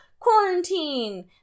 quarantine